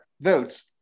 votes